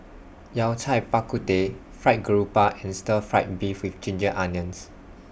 Yao Cai Bak Kut Teh Fried Garoupa and Stir Fried Beef with Ginger Onions